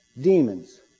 demons